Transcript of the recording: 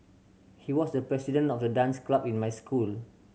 he was the president of the dance club in my school